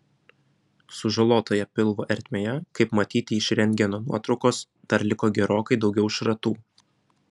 sužalotoje pilvo ertmėje kaip matyti iš rentgeno nuotraukos dar liko gerokai daugiau šratų